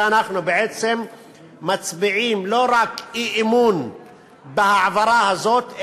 אנחנו בעצם מצביעים לא רק אי-אמון בהעברה הזאת,